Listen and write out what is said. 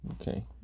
Okay